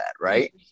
right